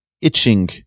itching